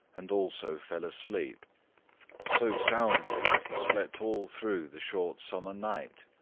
and also fell asleep so soundly that he slept all through the short summer night.